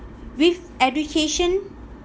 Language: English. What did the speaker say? with education